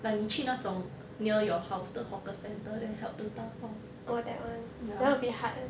like 你去那种 near your house 的 hawker centre there help to 打包 ya